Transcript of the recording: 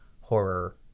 horror